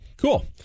Cool